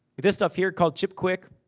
this stuff here called chipquik,